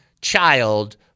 child